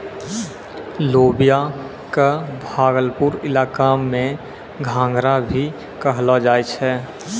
लोबिया कॅ भागलपुर इलाका मॅ घंघरा भी कहलो जाय छै